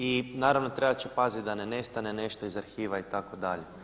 I naravno trebati će paziti da ne nestane nešto iz arhiva itd.